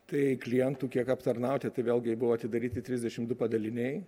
tai klientų kiek aptarnauti tai vėlgi ir buvo atidaryti trisdešim du padaliniai